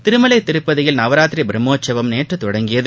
திருமலை திருப்பதியில் நவராத்திரி பிரம்மோற்சவம் நேற்று தொடங்கியது